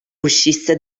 uscisse